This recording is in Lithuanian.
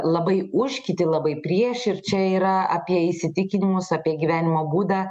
labai už kiti labai prieš ir čia yra apie įsitikinimus apie gyvenimo būdą